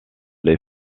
les